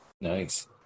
Nice